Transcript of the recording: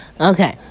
Okay